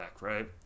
right